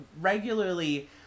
regularly